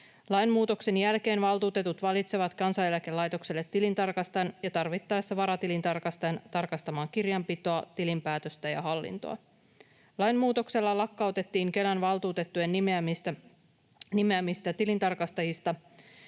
Lainmuutoksen jälkeen valtuutetut valitsevat Kansaneläkelaitokselle tilintarkastajan ja tarvittaessa varatilintarkastajan tarkastamaan kirjanpitoa, tilinpäätöstä ja hallintoa. Lainmuutoksella lakkautettiin Kelan valtuutettujen nimeämistä tilintarkastajista,